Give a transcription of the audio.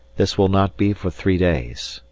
this will not be for three days.